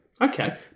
Okay